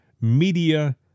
media